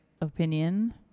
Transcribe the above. opinion